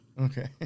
Okay